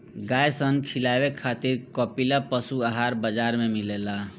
गाय सन खिलावे खातिर कपिला पशुआहार बाजार में मिलेला